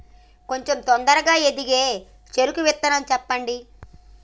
కొంచం తొందరగా ఎదిగే చెరుకు విత్తనం చెప్పండి?